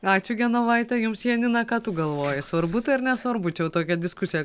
ačiū genovaite jums janina ką tu galvoji svarbu tai ar nesvarbu čia jau tokią diskusiją